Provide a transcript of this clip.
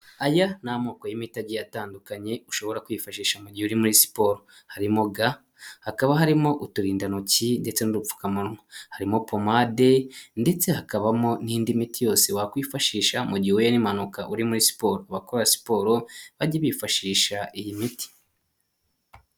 Aya ni amoko y'imiti agiye atandukanye ushobora kwifashisha mu gihe uri muri siporo, harimo ga, hakaba harimo uturindantoki ndetse n'udupfukamunwa. Harimo pomade ndetse hakabamo n'indi miti yose wakwifashisha mu gihe uhuye n'impanuka uri muri siporo. Abakora siporo bajye bifashisha iyi miti.